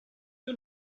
you